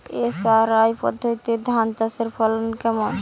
SRI পদ্ধতিতে ধান চাষের ফলন কেমন?